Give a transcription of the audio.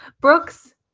Brooks